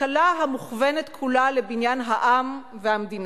כלכלה המוכוונת כולה לבניין העם והמדינה.